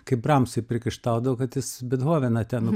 kai bramsui priekaištaudavo kad jis bethoveną ten